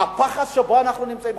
מהפחד שבו אנחנו נמצאים,